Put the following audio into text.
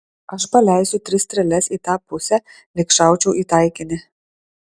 aš paleisiu tris strėles į tą pusę lyg šaučiau į taikinį